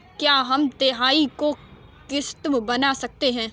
क्या हम तिमाही की किस्त बना सकते हैं?